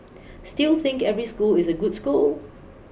still think every school is a good school